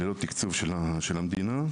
ללא תקצוב של המדינה.